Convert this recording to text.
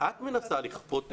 את מנסה לכפות.